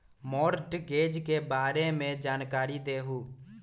Mortgage के बारे में जानकारी देहु?